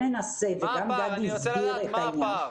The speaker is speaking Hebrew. גם גדי הסביר את העניין,